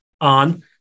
on